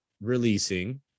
releasing